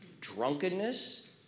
Drunkenness